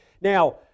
Now